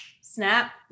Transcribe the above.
snap